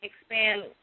expand